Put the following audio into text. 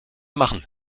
machen